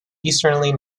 easterly